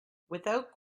without